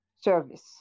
Service